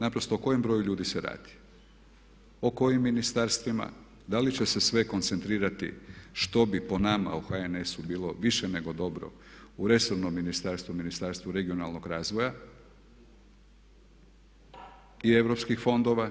Naprosto o kojem broju ljudi se radi, o kojim ministarstvima, da li će se sve koncentrirati što bi po nama u HNS-u bilo više nego dobro u resornom ministarstvu, Ministarstvu regionalnog razvoja i europskih fondova.